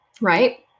right